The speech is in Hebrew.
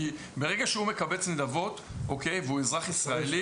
כי ברגע שהוא מקבץ נדבות והוא אזרח ישראלי